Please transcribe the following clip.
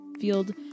field